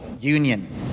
Union